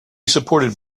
supported